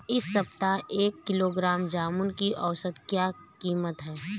इस सप्ताह एक किलोग्राम जामुन की औसत कीमत क्या है?